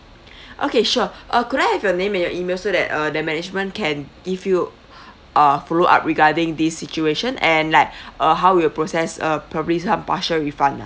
okay sure uh could I have your name and your email so that uh the management can give you uh follow up regarding this situation and like uh how we will process uh probably some partial refund ah